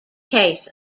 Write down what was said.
case